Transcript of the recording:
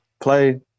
play